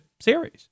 series